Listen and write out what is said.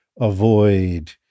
avoid